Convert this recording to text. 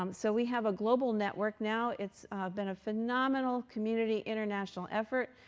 um so we have a global network now. it's been a phenomenal community, international effort.